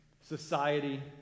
society